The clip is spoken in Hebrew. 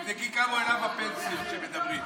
תבדקי כמה העלה בפנסיות לפני שמדברים.